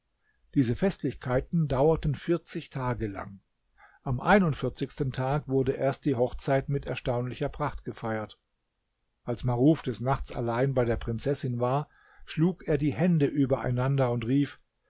diese festlichkeiten dauerten vierzig tage lang am einundvierzigsten tag wurde erst die hochzeit mit erstaunlicher pracht gefeiert als maruf des nachts allein bei der prinzessin war schlug er die hände übereinander und rief